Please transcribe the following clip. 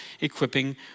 equipping